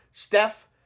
Steph